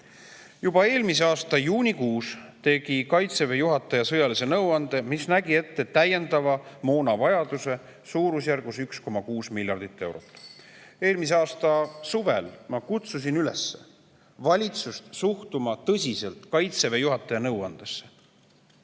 Juba eelmise aasta juunikuus koostas Kaitseväe juhataja sõjalise nõuande, mis nägi ette täiendava moona vajaduse suurusjärgus 1,6 miljardit eurot. Eelmise aasta suvel ma kutsusin valitsust üles suhtuma tõsiselt Kaitseväe juhataja nõuandesse.